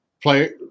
Play